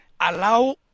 allow